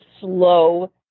slow